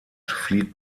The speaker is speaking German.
flieht